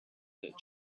that